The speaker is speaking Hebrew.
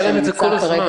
היה להם את זה כל הזמן.